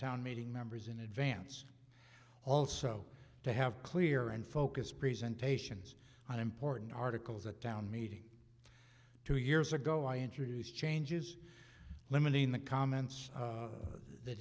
town meeting members in advance also to have clear and focused presentations on important articles a town meeting two years ago i introduce changes limiting the comments